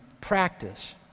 practice